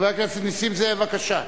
חבר הכנסת נסים זאב, בבקשה.